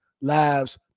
lives